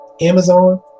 Amazon